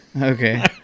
Okay